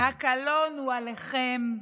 הקלון הוא עליכם.